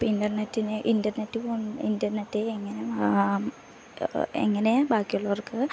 ഇപ്പം ഇൻ്റർനെറ്റിനെ internet internet എങ്ങനെ എങ്ങനെ ബാക്കിയുള്ളവർക്ക്